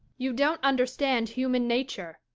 you don't understand human nature.